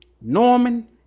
Norman